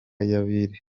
y’abari